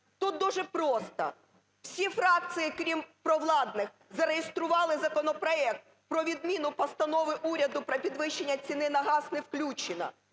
Тут дуже просто: всі фракції, крім провладних, зареєстрували законопроект про відміну Постанови уряду про підвищення ціни на газ – не включено;